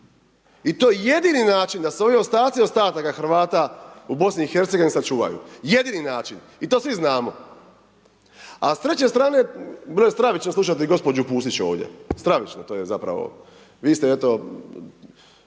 I to je jedini način da se ovi ostaci ostataka Hrvata u BiH-a sačuvaju, jedini način i to svi znamo. A s treće strane, bilo je stravično slušati gospođu Pusić, ovdje, stravično. To je zapravo,